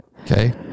okay